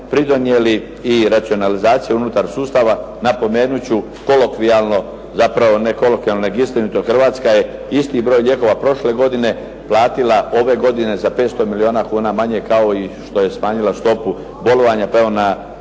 pridonijeli i racionalizacija unutar sustava. Napomenut ću kolokvijalno, zapravo ne kolokvijalno nego istinito, Hrvatska je isti broj lijekova prošle godine platila ove godine za 500 milijuna kuna manje kao i što je smanjila stopu bolovanja, pa evo na